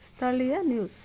ಸ್ಥಳೀಯ ನ್ಯೂಸ್